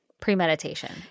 Premeditation